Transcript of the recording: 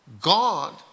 God